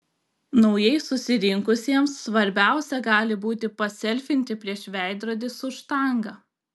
naujai susirinkusiems svarbiausia gali būti paselfinti prieš veidrodį su štanga